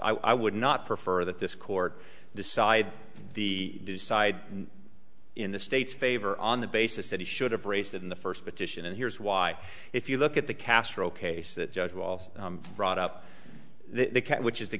i would not prefer that this court decide the decide in the state's favor on the basis that he should have raised it in the first petition and here's why if you look at the castro case that judge who also brought up the cat which is the